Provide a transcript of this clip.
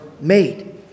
made